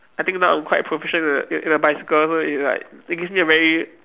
I think now I'm quite proficient in the in the bicycle so it's like it gives me a very